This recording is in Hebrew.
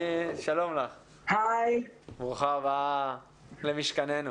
ברוכה הבאה למשכננו.